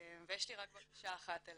ויש לי רק בקשה אחת אליכם,